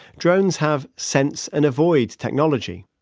drones have sense and avoid technology,